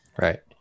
Right